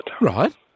Right